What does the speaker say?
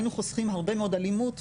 היינו חוסכים הרבה מאוד אלימות,